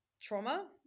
trauma